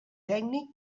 tècnic